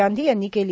गांधी यांनी केली